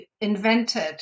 invented